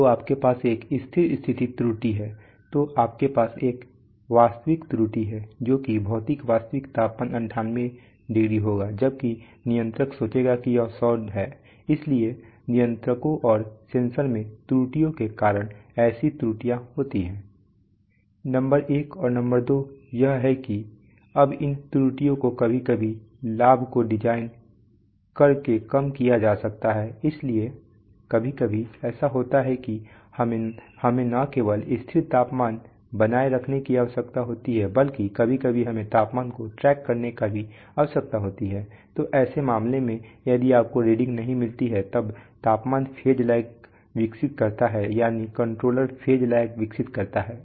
तो आपके पास एक स्थिर स्थिति त्रुटि है तो आपके पास एक वास्तविक त्रुटि है जोकि भौतिक वास्तविक तापमान 98 होगा जबकि नियंत्रक सोचेगा कि यह 100 है इसलिए नियंत्रकों और सेंसर में त्रुटियों के कारण ऐसी त्रुटियां होती हैं नंबर एक और नंबर दो यह है कि अब इन त्रुटियों को कभी कभी लाभ को डिजाइन कर के कम किया जा सकता है इसलिए कभी कभी ऐसा होता है कि हमें न केवल स्थिर तापमान बनाए रखने की आवश्यकता होती है बल्कि कभी कभी हमें तापमान को ट्रैक करने की भी आवश्यकता होती है तो ऐसे मामले में यदि आपको रीडिंग नहीं मिलती तब तापमान फेज लैग विकसित करता है यानी कंट्रोलर फेज लैग विकसित करता है